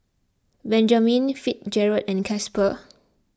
Benjamen Fitzgerald and Casper